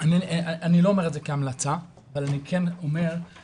אני לא אומר את זה כהמלצה, אבל אני כן אומר שמה